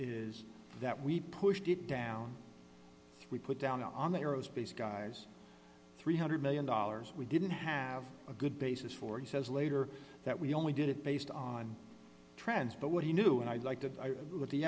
is that we pushed it down we put down on the aerospace guys three hundred million dollars we didn't have a good basis for he says later that we only did it based on trends but what he knew and i'd like t